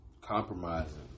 Compromising